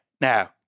Now